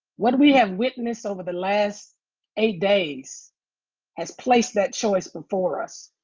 what we have witnessed over the last eight days has placed that choice before us.